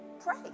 pray